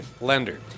lender